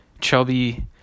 chubby